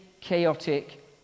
chaotic